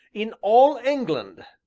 in all england!